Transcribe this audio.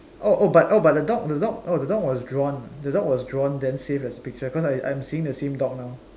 oh oh but oh but the dog the dog oh the dog was drawn the dog was drawn then save as picture because I am seeing the same dog now